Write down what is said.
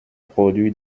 produits